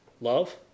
love